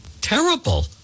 Terrible